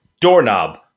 doorknob